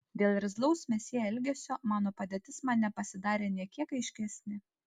dėl irzlaus mesjė elgesio mano padėtis man nepasidarė nė kiek aiškesnė